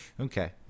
Okay